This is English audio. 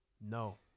No